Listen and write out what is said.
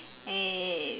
and